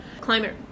climate